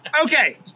Okay